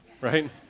right